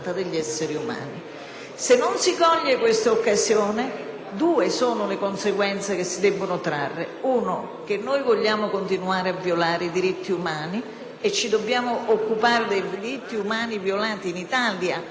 due sono le conseguenze che si debbono trarre: in primo luogo, che noi vogliamo continuare a violare i diritti umani (e ci dobbiamo occupare dei diritti umani violati in Italia oltre che all'estero); in secondo luogo, che non vogliamo seriamente